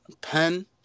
pen